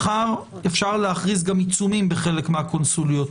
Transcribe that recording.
מחר אפשר להכריז גם עיצומים בחלק מהקונסוליות,